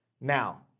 Now